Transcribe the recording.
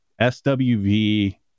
swv